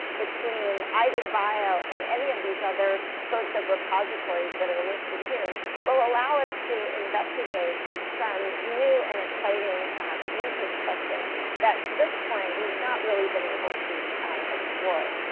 between idigbio and any of these other sorts of repositories that are listed here will allow us to investigate some new and exciting um research questions that to this point we've not really been able to explore.